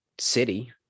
city